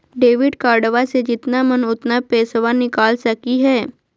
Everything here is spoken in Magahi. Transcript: डेबिट कार्डबा से जितना मन उतना पेसबा निकाल सकी हय?